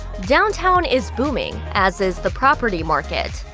downtown is booming, as is the property market.